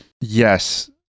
Yes